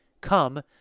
Come